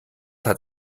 hat